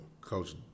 Coach